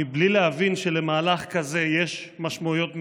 בלי להבין שלמהלך כזה יש משמעויות מדיניות,